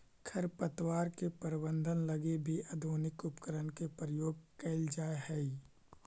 खरपतवार के प्रबंधन लगी भी आधुनिक उपकरण के प्रयोग कैल जा हइ